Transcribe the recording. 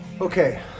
Okay